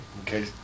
Okay